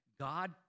God